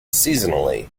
seasonally